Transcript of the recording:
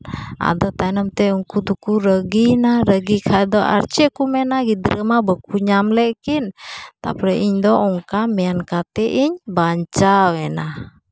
ᱟᱫᱚ ᱛᱟᱭᱱᱚᱢ ᱛᱮ ᱩᱱᱠᱩ ᱫᱚᱠᱚ ᱨᱟᱹᱜᱤᱭᱮᱱᱟ ᱨᱟᱹᱜᱤ ᱠᱷᱟᱱ ᱫᱚ ᱟᱨ ᱪᱮᱫ ᱠᱚ ᱢᱮᱱᱟ ᱜᱤᱫᱽᱨᱟᱹ ᱢᱟ ᱵᱟᱠᱚ ᱧᱟᱢ ᱞᱮᱫ ᱠᱤᱱ ᱛᱟᱨᱯᱚᱨᱮ ᱤᱧᱫᱚ ᱚᱱᱠᱟ ᱢᱮᱱ ᱠᱟᱛᱮᱫ ᱤᱧ ᱵᱟᱧᱪᱟᱣ ᱮᱱᱟ